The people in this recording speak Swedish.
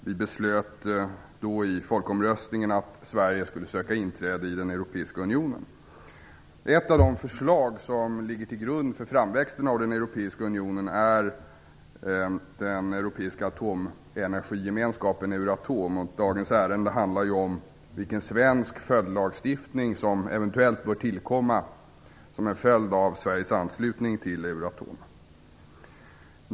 Vi beslöt då i folkomröstningen att Ett av de fördrag som ligger till grund för framväxten av Europeiska unionen är fördraget om upprättande av Europeiska atomenergigemenskapen Euratom, och dagens ärende handlar om vilken svensk följdlagstiftning som eventuellt bör tillkomma som en följd av Sveriges anslutning till Euratom.